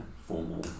formal